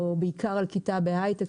או בעיקר על כיתה בהיי-טק,